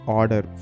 order